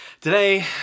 Today